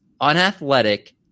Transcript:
unathletic